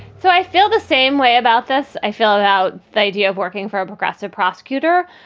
so i feel the same way about this. i feel about the idea of working for a progressive prosecutor,